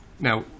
Now